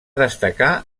destacar